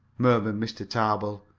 murmured mr. tarbill,